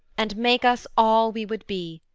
and make us all we would be,